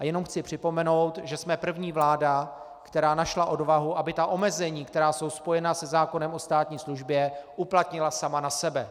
Jenom chci připomenout, že jsme první vláda, která našla odvahu, aby ta omezení, která jsou spojena se zákonem o státní službě, uplatnila sama na sebe.